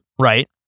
right